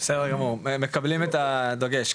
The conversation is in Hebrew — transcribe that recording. בסדר גמור, מקבלים את הדגש.